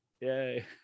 yay